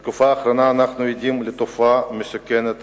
בתקופה האחרונה אנחנו עדים לתופעה מסוכנת